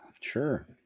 Sure